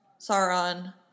Sauron